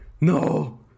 no